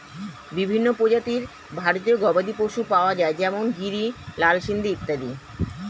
বিভিন্ন প্রজাতির ভারতীয় গবাদি পশু পাওয়া যায় যেমন গিরি, লাল সিন্ধি ইত্যাদি